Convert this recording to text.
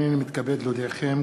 הנני מתכבד להודיעכם,